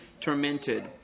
tormented